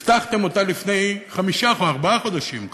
הבטחתם אותה לפני חמישה או ארבעה חודשים,